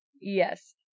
Yes